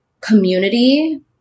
community